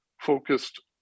focused